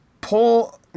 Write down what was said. pull